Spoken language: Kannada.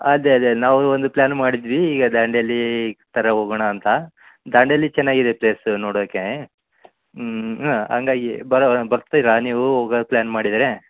ಅದೆ ಅದೆ ನಾವು ಒಂದು ಪ್ಲ್ಯಾನ್ ಮಾಡಿದ್ವಿ ಈಗ ದಾಂಡೇಲಿ ಥರ ಹೋಗೋಣ ಅಂತ ದಾಂಡೇಲಿ ಚೆನ್ನಾಗಿದೆ ಪ್ಲೇಸ್ ನೋಡೋಕೆ ಹಾಂ ಹಂಗಾಗಿ ಬರ್ತೀರಾ ನೀವು ಹೋಗ ಪ್ಲ್ಯಾನ್ ಮಾಡಿದರೆ